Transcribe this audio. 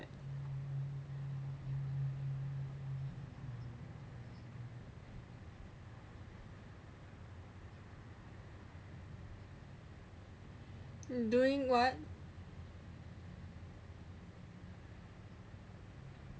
doing what